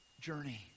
journey